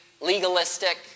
legalistic